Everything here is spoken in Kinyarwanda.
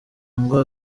ngo